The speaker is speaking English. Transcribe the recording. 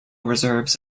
reserves